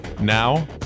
Now